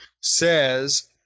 says